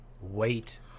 wait